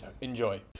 Enjoy